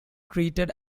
treated